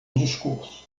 discurso